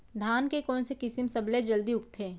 धान के कोन से किसम सबसे जलदी उगथे?